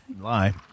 lie